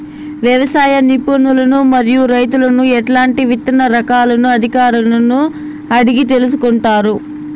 వ్యవసాయ నిపుణులను మరియు రైతులను ఎట్లాంటి విత్తన రకాలను అధికారులను అడిగి తెలుసుకొంటారు?